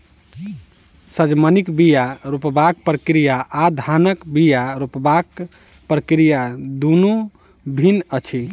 सजमनिक बीया रोपबाक प्रक्रिया आ धानक बीया रोपबाक प्रक्रिया दुनु भिन्न अछि